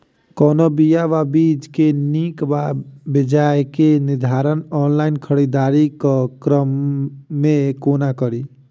कोनों बीया वा बीज केँ नीक वा बेजाय केँ निर्धारण ऑनलाइन खरीददारी केँ क्रम मे कोना कड़ी?